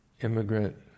immigrant